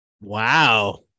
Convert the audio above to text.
Wow